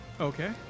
Okay